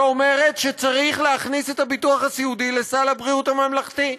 שאומרת שצריך להכניס את הביטוח הסיעודי לסל הבריאות הממלכתי.